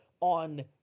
on